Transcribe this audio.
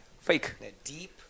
Fake